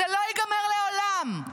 זה לא ייגמר לעולם.